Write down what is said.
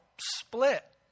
split